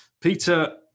Peter